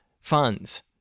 funds